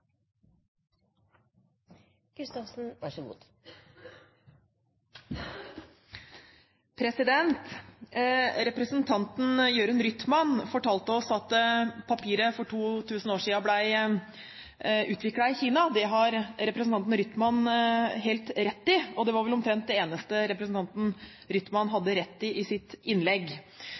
Representanten Jørund Rytman fortalte oss at papiret for 2 000 år siden ble utviklet i Kina. Det har representanten Rytman helt rett i, og det var vel det omtrent eneste representanten Rytman hadde rett i i sitt innlegg.